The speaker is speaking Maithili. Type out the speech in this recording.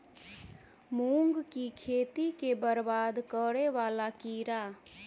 मूंग की खेती केँ बरबाद करे वला कीड़ा?